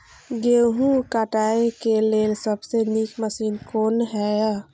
गेहूँ काटय के लेल सबसे नीक मशीन कोन हय?